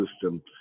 system